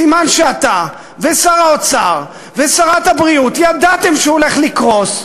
סימן שאתה ושר האוצר ושרת הבריאות ידעתם שהוא הולך לקרוס,